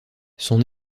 son